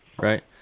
Right